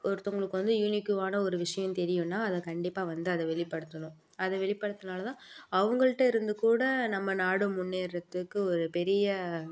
ஒருத்தங்களுக்கு வந்து யூனிக்குவான ஒரு விஷயம் தெரியும்னா அதை கண்டிப்பாக வந்து அதை வெளிப்படுத்தணும் அதை வெளிப்படுத்துனா தான் அவங்கள்ட்டேருந்து கூட நம்ம நாடும் முன்னேறத்துக்கு ஒரு பெரிய